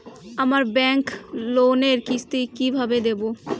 আমার ব্যাংক লোনের কিস্তি কি কিভাবে দেবো?